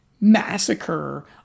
massacre